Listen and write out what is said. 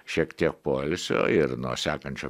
šiek tiek poilsio ir nuo sekančio